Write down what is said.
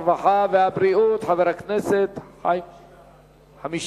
הרווחה והבריאות חבר הכנסת חיים כץ.